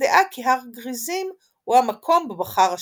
הדעה כי הר גריזים הוא "המקום בו בחר ה'".